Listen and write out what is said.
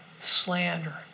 slander